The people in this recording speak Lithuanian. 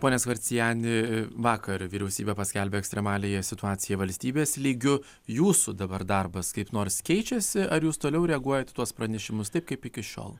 pone skorceni vakar vyriausybė paskelbė ekstremaliąją situaciją valstybės lygiu jūsų dabar darbas kaip nors keičiasi ar jus toliau reaguojat į tuos pranešimus taip kaip iki šiol